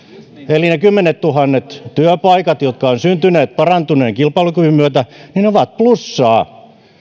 eli ne kymmenettuhannet työpaikat jotka ovat syntyneet parantuneen kilpailukyvyn myötä ovat plussaa